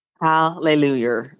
Hallelujah